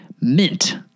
Mint